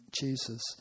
Jesus